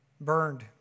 burned